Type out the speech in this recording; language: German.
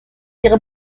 ihre